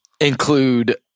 include